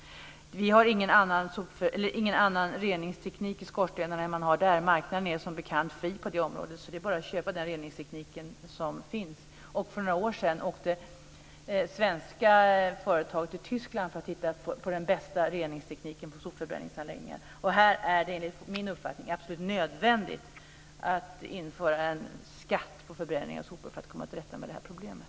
Vi har ingen annan reningsteknik i skorstenarna än vad man har där. Marknaden är som bekant fri på det området. Det är bara att köpa den reningsteknik som finns. För några år sedan åkte svenska företag till Tyskland för att titta på den bästa reningstekniken för sopförbränningsanläggningar. Det är enligt min uppfattning absolut nödvändigt att införa en skatt på förbränning av sopor för att komma till rätta med det här problemet.